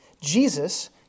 Jesus